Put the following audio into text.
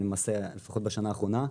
לפחות בשנה האחרונה,